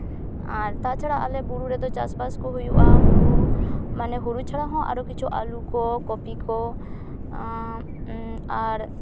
ᱟᱨ ᱛᱟ ᱪᱷᱟᱲᱟ ᱟᱞᱮ ᱵᱩᱨᱩ ᱨᱮᱫᱚ ᱪᱟᱥᱼᱵᱟᱥ ᱠᱚ ᱦᱩᱭᱩᱜᱼᱟ ᱦᱳᱲᱳ ᱢᱟᱱᱮ ᱦᱳᱲᱳ ᱪᱷᱟᱲᱟ ᱦᱚᱸ ᱟᱨᱚ ᱠᱤᱪᱷᱩ ᱟᱹᱞᱩ ᱠᱚ ᱠᱚᱯᱤ ᱠᱚ ᱟᱨ